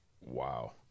Wow